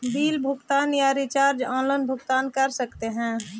Bill भुगतान या recharge online भुगतान कर सकते हैं?